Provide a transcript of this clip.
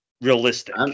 realistic